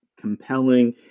compelling